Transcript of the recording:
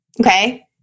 Okay